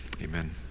amen